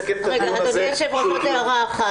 אדוני היושב ראש, עוד הערה אחת.